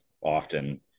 often